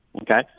okay